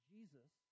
Jesus